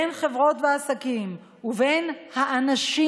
בין חברות ועסקים ובין האנשים.